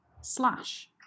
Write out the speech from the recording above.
slash